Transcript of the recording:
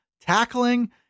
tackling